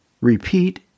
repeat